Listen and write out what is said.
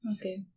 Okay